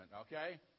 okay